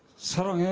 sorry